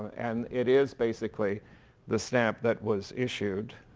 and it is basically the stamp that was issued.